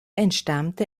entstammte